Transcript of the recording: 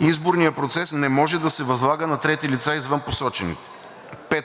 Изборният процес не може да се възлага на трети лица извън посочените. 5.